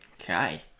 okay